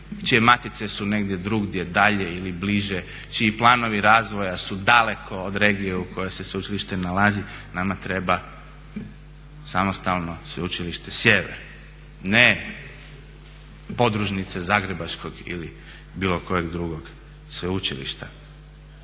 čije matice su negdje drugdje, dalje ili bliže, čiji planovi razvoja su daleko od regije u kojoj se sveučilište nalazi, nama treba samostalno Sveučilište Sjever. Ne podružnice zagrebačkog ili bilo kojeg drugog sveučilišta.